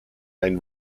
ein